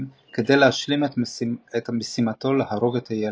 כדי להשלים את משימתו להרוג את הילד.